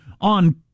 on